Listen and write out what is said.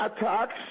attacks